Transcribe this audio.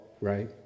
right